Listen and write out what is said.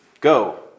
go